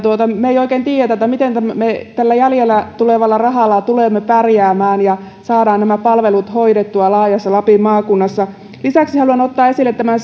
me emme oikein tiedä miten me tällä jäljelle jäävällä rahalla tulemme pärjäämään ja saamme nämä palvelut hoidettua laajassa lapin maakunnassa lisäksi haluan ottaa esille tämän